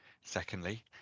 Secondly